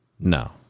No